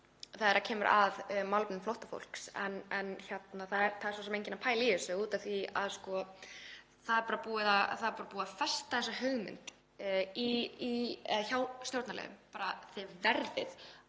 þegar kemur að málefnum flóttafólks. Það er svo sem enginn að pæla í þessu af því að það er bara búið að festa þessa hugmynd hjá stjórnarliðum: Þið verðið